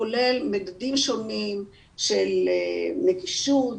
כולל מדדים שונים של נגישות,